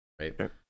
right